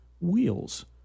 Wheels